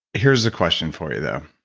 here's the question for you though.